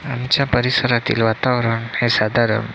आमच्या परिसरातील वातावरण हे साधारण